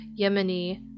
Yemeni-